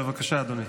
בבקשה אדוני.